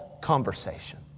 conversation